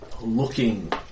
Looking